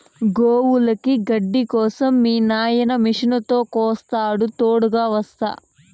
గోవులకి గడ్డి కోసం మీ నాయిన మిషనుతో కోస్తాడా తోడుగ వస్తా